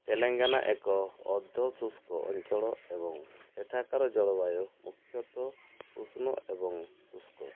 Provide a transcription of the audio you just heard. ତେଲେଙ୍ଗାନା ଏକ ଅର୍ଦ୍ଧ ଶୁଷ୍କ ଅଞ୍ଚଳ ଏବଂ ଏଠାକାର ଜଳବାୟୁ ମୁଖ୍ୟତଃ ଉଷ୍ମ ଏବଂ ଶୁଷ୍କ